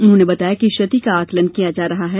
उन्होंने बताया कि क्षति का आंकलन किया जा रहा है